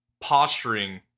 posturing